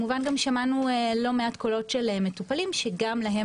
שמענו גם לא מעט קולות של מטופלים שגם להם